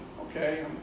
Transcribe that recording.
okay